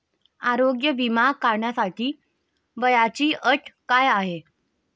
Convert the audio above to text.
आरोग्य विमा काढण्यासाठी वयाची अट काय आहे?